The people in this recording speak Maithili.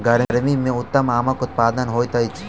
गर्मी मे उत्तम आमक उत्पादन होइत अछि